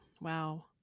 Wow